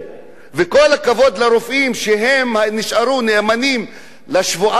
וכל הכבוד לרופאים שנשארו נאמנים לשבועה שלהם,